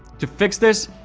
to fix this,